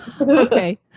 Okay